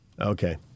Okay